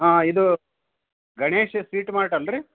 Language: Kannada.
ಹಾಂ ಇದು ಗಣೇಶ್ ಸ್ವೀಟ್ ಮಾರ್ಟ್ ಅಲಾ ರೀ